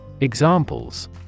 Examples